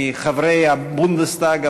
חברי הבונדסטאג,